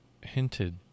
hinted